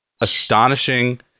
astonishing